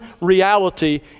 reality